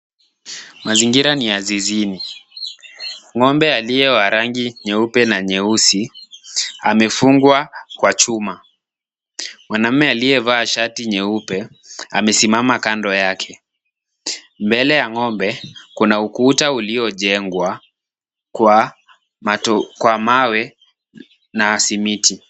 Mazingira ni ya zizini. Ng'ombe aliyewa rangi nyeupe na nyeusi, amefungwa kwa chuma. Mwaname, aliyevaa shati nyeupe, amesimama kando yake. Mbele ya ng'ombe, kuna ukuta uliojengwa kwa mawe na simiti.